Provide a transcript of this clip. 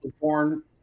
born